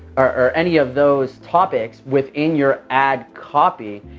or any of those topics within your ad copy,